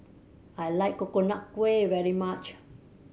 I like Coconut Kuih very much